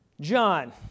John